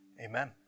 amen